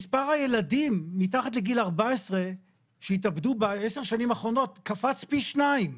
מספר הילדים מתחת לגיל 14 שהתאבדו בעשר השנים האחרונות קפץ פי שניים.